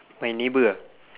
my neighbour ah